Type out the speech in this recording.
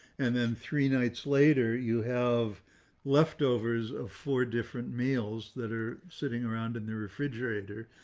and then three nights later, you have leftovers of four different meals that are sitting around in the refrigerator.